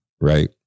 right